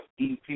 EP